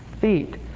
feet